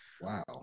Wow